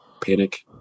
Panic